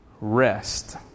Rest